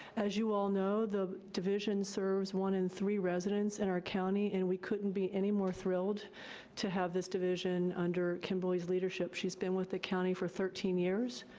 as you all know, the division serves one in three residents in our county, and we couldn't be any more thrilled to have this division under kimberly's leadership. she's been with the county for thirteen years,